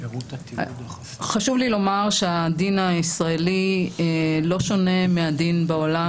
חשוב לי לומר שהדין הישראלי לא שונה מהדין בעולם